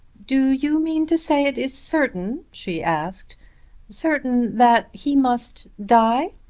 do you mean to say it is certain, she asked certain that he must die?